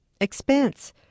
expense